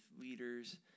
leaders